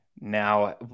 now